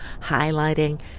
highlighting